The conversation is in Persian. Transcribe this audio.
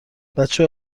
بچه